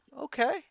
okay